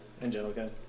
Angelica